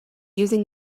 using